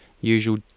usual